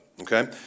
Okay